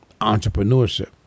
entrepreneurship